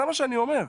זה מה שאני אומר,